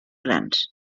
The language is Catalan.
grans